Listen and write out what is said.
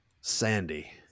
Sandy